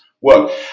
work